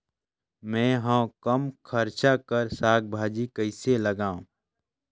मैं हवे कम खर्च कर साग भाजी कइसे लगाव?